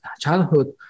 childhood